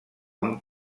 amb